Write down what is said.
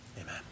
Amen